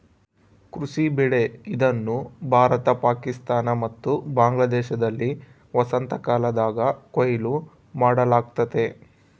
ಕೃಷಿ ಬೆಳೆ ಇದನ್ನು ಭಾರತ ಪಾಕಿಸ್ತಾನ ಮತ್ತು ಬಾಂಗ್ಲಾದೇಶದಲ್ಲಿ ವಸಂತಕಾಲದಾಗ ಕೊಯ್ಲು ಮಾಡಲಾಗ್ತತೆ